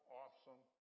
awesome